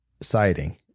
sighting